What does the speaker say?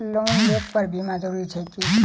Loan लेबऽ पर बीमा जरूरी छैक की?